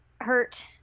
hurt